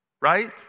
right